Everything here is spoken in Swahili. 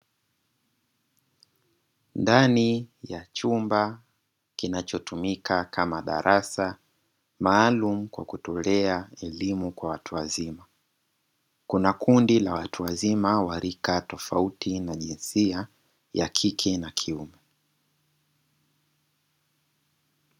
Ndani ya chumba kinachotumika kama darasa maalumu kwa kutolea elimu kwa watu wazima, kuna kundi la watu wazima wa rika tofauti na jinsia ya kike na kiume.